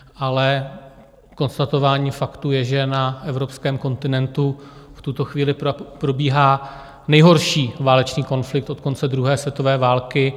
Ale konstatování faktu je, že na evropském kontinentu v tuto chvíli probíhá nejhorší válečný konflikt od konce druhé světové války.